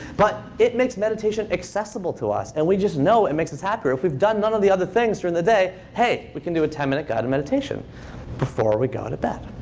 but it makes meditation accessible to us. and we just know it makes us happier. if we've done none of the other things during the day, hey, we can do a ten minute guided meditation before we go to bed.